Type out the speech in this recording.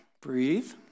breathe